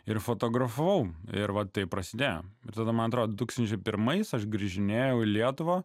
ir fotografavau ir vat taip prasidėjo ir tada man atrodo du tūkstančiai pirmais aš grįžinėjau į lietuvą